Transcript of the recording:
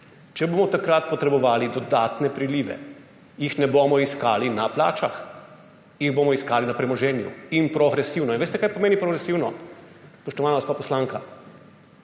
če bomo takrat potrebovali dodatne prilive, jih ne bomo iskali na plačah, jih bomo iskali na premoženju in progresivno. Veste, kaj pomeni progresivno, spoštovana gospa poslanka?